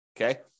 Okay